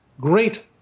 great